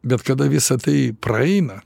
bet kada visa tai praeina